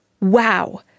wow